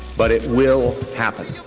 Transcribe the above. but it will happen.